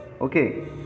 Okay